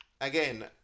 Again